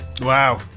Wow